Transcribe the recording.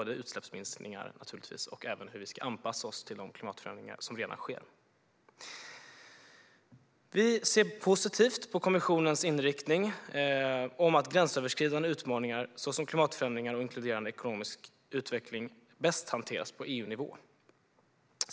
Det gäller naturligtvis både utsläppsminskningar och hur vi ska anpassa oss till de klimatförändringar som redan sker. Vi ser positivt på kommissionens inriktning om att gränsöverskridande utmaningar, såsom klimatförändringar och inkluderande ekonomisk utveckling, bäst hanteras på EU-nivå.